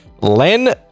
Len